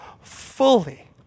fully